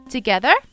Together